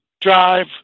drive